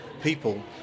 people